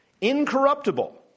incorruptible